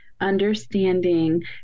understanding